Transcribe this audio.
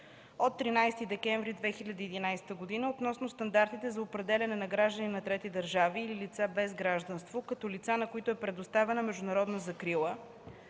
от 13 декември 2011 г. относно стандарти за определянето на граждани на трети държави или лица без гражданство като лица, на които е предоставена международна закрила,